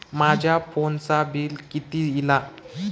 माझ्या फोनचा बिल किती इला?